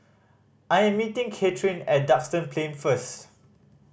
I am meeting Katheryn at Duxton Plain first